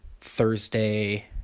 Thursday